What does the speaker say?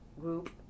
Group